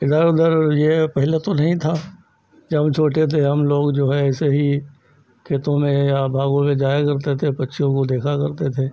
इधर उधर यह पहले तो नहीं था जब हम छोटे थे हमलोग जो है ऐसे ही खेतों में या बागों में जाया करते थे पक्षियों को देखा करते थे